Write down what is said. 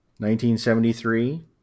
1973